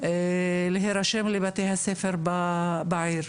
להירשם לבתי הספר בעיר,